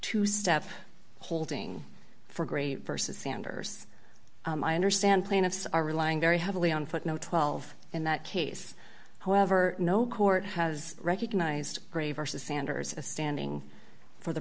two step holding for gray versus sanders i understand plaintiffs are relying very heavily on footnote twelve in that case however no court has recognized gray versus sanders as standing for the